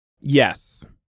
Yes